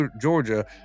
Georgia